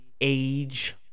age